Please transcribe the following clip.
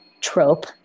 trope